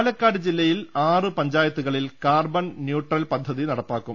പാലക്കാട് ജില്ലയിൽ ആറു പഞ്ചായത്തുകളിൽ കാർബൺ ന്യൂട്രൽ പദ്ധതി നടപ്പാക്കും